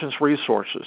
resources